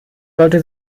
sollte